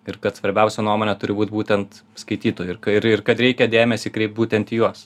ir kad svarbiausia nuomonė turi būt būtent skaitytojų ir ka ir ir kad reikia dėmesį kreipt būtent į juos